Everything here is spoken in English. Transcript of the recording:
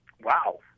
Wow